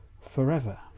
forever